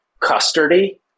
custardy